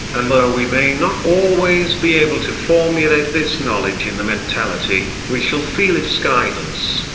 and though we may not always be able to formulate this knowledge in the mentality, we shall feel its guidance,